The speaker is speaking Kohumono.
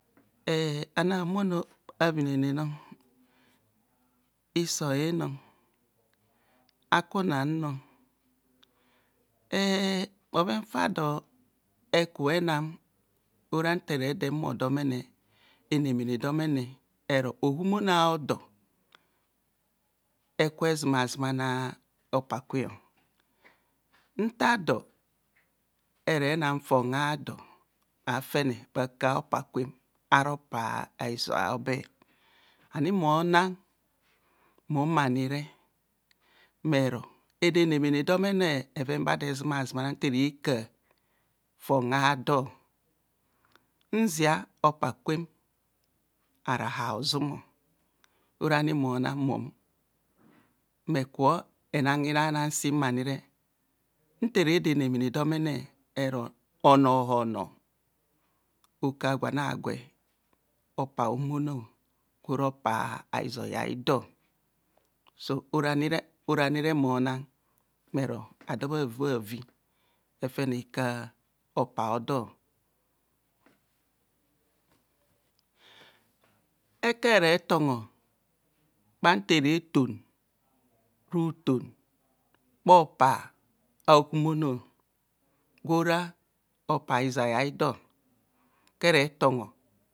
Ano ahumono avinene no, isoe nor, akunan nor, e bhoven fa dor ekubho enam ora nta ere humo domene enemene domene ero ohumono aodor eke zumazumana hopa kwe nta do erenan for ado bhafene bhakar hopa kwem ara hopa a’ hizoi aobe ani mona mony anire ero ede henemene domene bheven ba do ezumazu mana nte rekar fon ado nzia hopa kwem ara hazum orani mona mum mme kubho ena hino nansim anire ntere de nemene domene ero onohono okar gwan agwe hopa ahumono gwora hopa ahizoi aidor so oranire oranire mona mmero adobhavi bhavi efene okar hopa a’ hodor, ekere tongho mmantere ton ruton bha hopa alumono, gwora hopa ahizoi aidor kere tongho